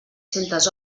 centes